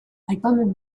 aipamen